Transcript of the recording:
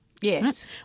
Yes